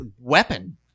weapon